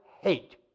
hate